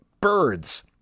birds